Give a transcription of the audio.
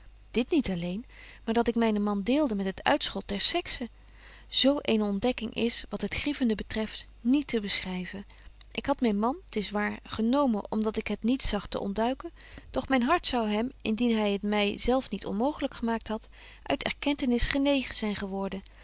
dit niet alleen maar dat ik mynen man deelde met het uitschot der sexe zo eene ontdekking is wat het grievende betreft niet te beschryven ik had myn man t is waar genomen om dat ik het niet zag te ontduiken doch myn hart zou hem indien hy het my zelf niet onmooglyk gemaakt had uit erkentenis genegen zyn geworden